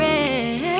Red